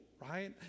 right